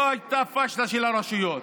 לא הייתה פשלה של הרשויות,